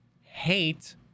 hate